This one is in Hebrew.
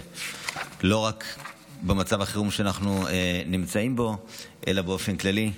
לא רק במצב החירום שאנחנו נמצאים בו אלא באופן כללי.